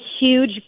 huge